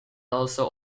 also